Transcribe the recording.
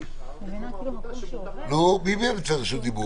לעבוד מהבית, יעבוד מהבית, ומי שהכרחי יוכל